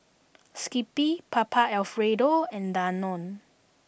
Skippy Papa Alfredo and Danone